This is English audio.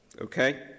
okay